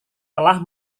telah